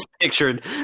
pictured